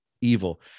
evil